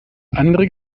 andere